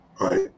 right